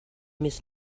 més